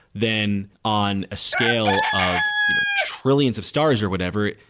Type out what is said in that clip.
then on a scale of you know trillions of stars or whatever,